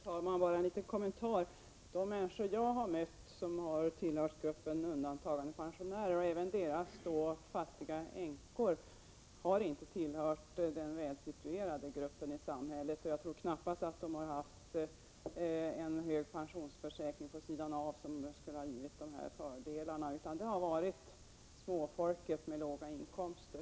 Herr talman! Bara en liten kommentar. De människor jag har mött och som har tillhört gruppen undantagandepensionärer och deras fattiga änkor har inte tillhört de välsituerade i samhället. Jag tror knappast att de har haft någon hög pensionsförsäkring vid sidan av som skulle ha gett dem stora fördelar, utan det har varit småfolk med låga inkomster.